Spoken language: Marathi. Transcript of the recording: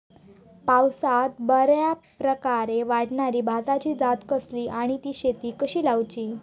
पावसात बऱ्याप्रकारे वाढणारी भाताची जात कसली आणि ती कशी लाऊची?